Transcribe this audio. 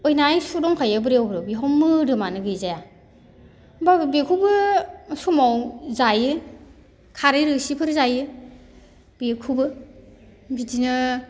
अयनाय सु दंखायो ब्रेव ब्रेव बेयाव मोदोमानो गैजाया होमब्लाबो बेखौबो समाव जायो खारै रोसिफोर जायो बेखौबो बिदिनो